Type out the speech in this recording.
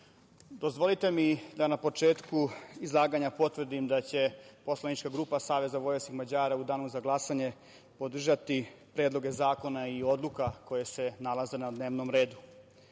dozvolite mi da na početku izlaganja potvrdim da će poslanička grupa SVM u danu za glasanje podržati predloge zakona i odluka koje se nalaze na dnevnom